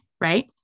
right